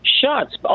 shots